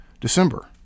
December